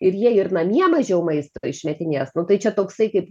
ir jie ir namie mažiau maisto išmetinės nu tai čia toksai kaip